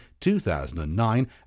2009